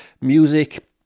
music